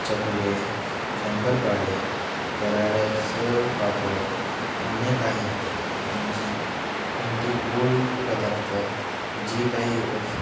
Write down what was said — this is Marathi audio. चकली शंकरपाळी कऱ्हाडाचं पापड अन्य काही आणि जी कोणती गोड पदार्थ जे काही अस